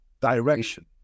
direction